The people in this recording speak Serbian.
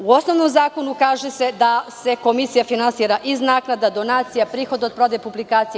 U osnovnom zakonu kaže se da se komisija finansira iz naknada, donacija, prihoda od prodaje publikacija.